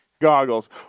goggles